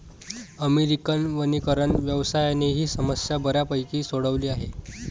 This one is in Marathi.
अमेरिकन वनीकरण व्यवसायाने ही समस्या बऱ्यापैकी सोडवली आहे